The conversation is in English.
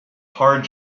hard